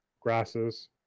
grasses